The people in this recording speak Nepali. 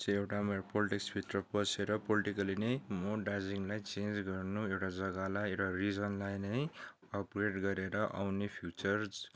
चाहिँ एउटा पोलिटिक्सभित्र पसेर पोलिटिकल्ली नै म दार्जिलिङलाई चेन्ज गर्नु एउटा जग्गालाई एउटा रिजनलाई नै अपरेट गरेर आउने फ्युचर